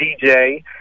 DJ